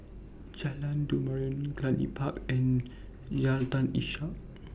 Jalan Derum Cluny Park and Jalan Ishak